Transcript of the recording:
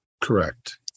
correct